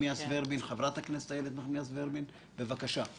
חברת הכנסת איילת נחמיאס ורבין, בבקשה.